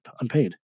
unpaid